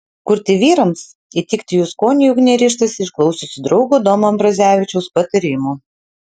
kurti vyrams įtikti jų skoniui ugnė ryžtasi išklausiusi draugo domo ambrazevičiaus patarimų